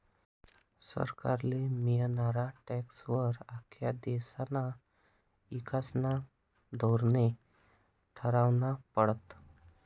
सरकारले मियनारा टॅक्सं वर आख्खा देशना ईकासना धोरने ठरावना पडतस